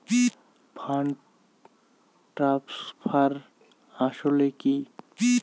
Fund transfer আসলে কী?